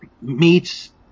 meets